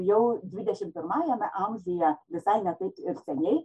jau dvidešimt pirmajame amžiuje visai ne taip ir seniai